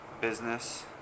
business